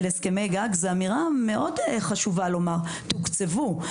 הסכמי גג זה אמירה חשובה מאוד תוקצבו.